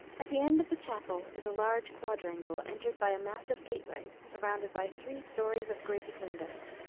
at the end of the chapel is a large quadrangle, entered by a massive gateway, surrounded by three stories of grated windows.